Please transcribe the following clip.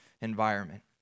environment